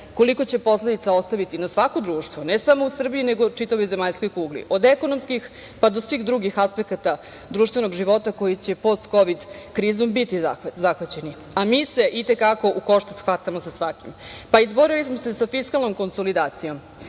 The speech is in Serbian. koliko će posledica ostaviti na svako društvo, ne samo u Srbiji, nego čitavoj zemaljskoj kugli, od ekonomskih, pa do svih drugih aspekata društvenog života koji će post-kovid krizom biti zahvaćeni. Mi se i te kako u koštac hvatamo sa svakim. Izborili smo se sa fiskalnom konsolidacijom.